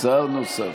שר נוסף,